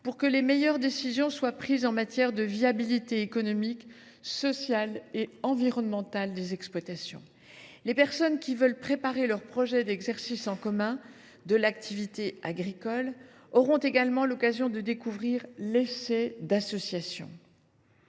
pour que les meilleures décisions soient prises en matière de viabilité économique, sociale et environnementale des exploitations. Les personnes qui veulent préparer leur projet d’exercice en commun de l’activité agricole auront également l’occasion de découvrir l’essai d’association.